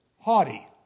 haughty